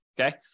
okay